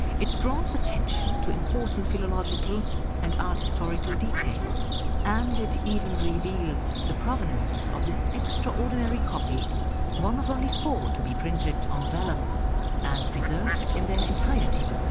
it draws attention to important philological and art historical details and it even reveals the provenance of this extraordinary copy one of only four to be printed on vellum and preserved in their entirety.